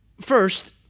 First